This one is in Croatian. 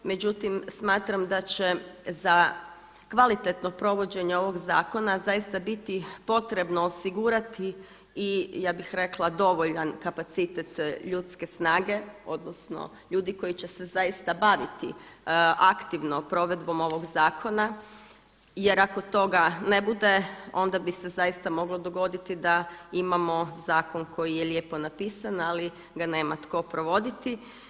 Međutim, smatram da će za kvalitetno povođenje ovog zakona zaista biti potrebno osigurati i ja bih rekla dovoljan kapacitet ljudske snage, odnosno ljudi koji će se zaista baviti aktivno provedbom ovog zakona jer ako toga ne bude onda bi se zaista moglo dogoditi da imamo zakon koji je lijepo napisan, ali ga nema tko provoditi.